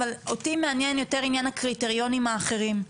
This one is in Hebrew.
אבל אותי מעניין יותר עניין הקריטריונים האחרים,